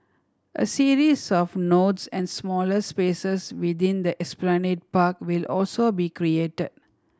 a series of nodes and smaller spaces within the Esplanade Park will also be created